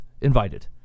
invited